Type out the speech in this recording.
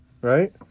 right